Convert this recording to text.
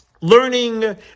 learning